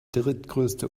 drittgrößte